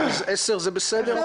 10:00, זה בסדר?